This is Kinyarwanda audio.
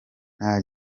nta